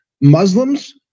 Muslims